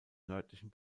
nördlichen